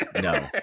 no